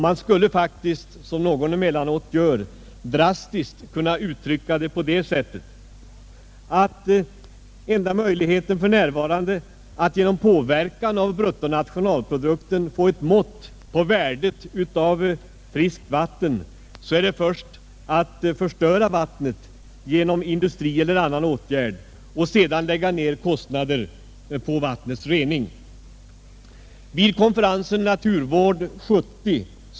Man skulle faktiskt, som någon emellanåt gör, drastiskt kunna uttrycka det på det sättet, att enda möjligheten för närvarande att genom påverkan av bruttonationalprodukten få ett mått på värdet av friskt vatten är att först förstöra vattnet genom industri eller annan åtgärd och sedan lägga ner kostnader på vattnets rening.